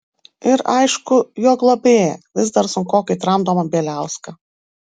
ir aišku jo globėją vis dar sunkokai tramdomą bieliauską